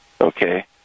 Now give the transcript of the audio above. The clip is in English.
okay